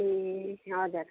ए हजुर